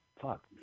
fuck